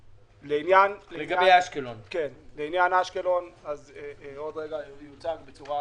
לעניין אשקלון עוד רגע זה יוצג בצורה